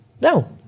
No